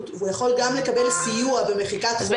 והוא יכול גם לקבל סיוע במחיקת חובות.